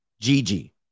Gigi